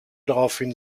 daraufhin